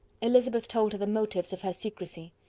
elizabeth told her the motives of her secrecy.